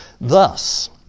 Thus